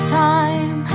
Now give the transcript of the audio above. time